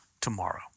tomorrow